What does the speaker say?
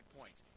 points